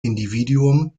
individuum